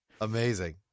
Amazing